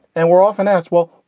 and we're often asked, well,